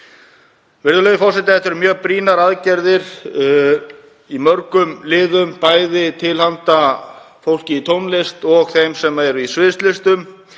Virðulegur forseti. Þetta eru mjög brýnar aðgerðir í mörgum liðum, bæði til handa fólki í tónlist og þeim sem eru í sviðslistum